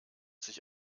sich